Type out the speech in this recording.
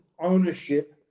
ownership